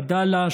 עדאלה,